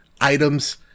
items